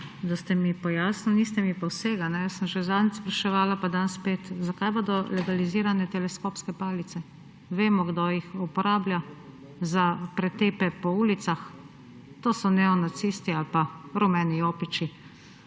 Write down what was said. da ste mi pojasnili. Niste mi pa vsega. Jaz sem že zadnjič spraševala, pa danes spet, zakaj bodo legalizirane teleskopske palice. Vemo, kdo jih uporablja za pretepe po ulicah. To so neonacisti ali pa rumeni jopiči,